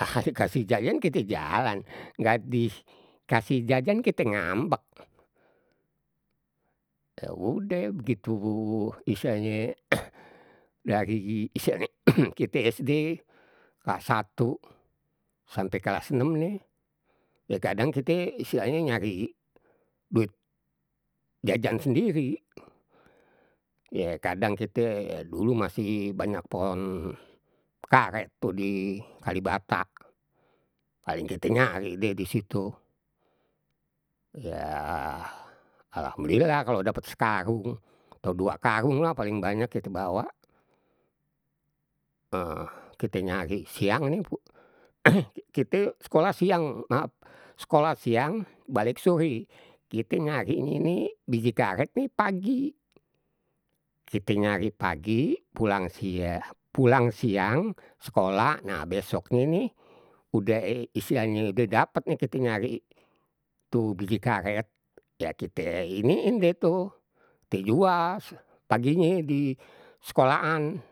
nah, dikasih jajan kite jalan nggak dikasih jajan kite ngambek. Ya udeh, begitu istilahnye dari istilahnye kite sd, klas satu sampe klas enem nih, ya kadang kite istilahye nyari duit jajan sendiri. Ye kadang kite, dulu masih banyak pohon karet tuh di kalibatak, paling kite nyari deh di situ. Yah alhamdulillah, kalau dapat sekarung atau dua karung lah, paling banyak kite bawa, kite nyari siang nih, kite sekolah siang, sekolah siang balik sore. Kite nyari ini nih, biji karet nih pagi, kite nyari pagi, pulang siang, pulang siang, sekolah nah besoknya nih, udah istilahnye udah dapat nih kite nyari tu biji karet. Ya kita iniin deh tuh kite jual. Paginya di sekolahan.